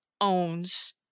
owns